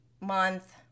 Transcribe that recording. month